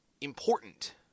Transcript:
important